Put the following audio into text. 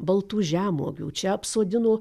baltų žemuogių čia apsodino